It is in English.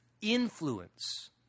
influence